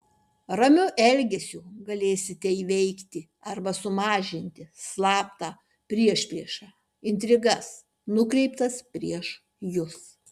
ramiu elgesiu galėsite įveikti arba sumažinti slaptą priešpriešą intrigas nukreiptas prieš jus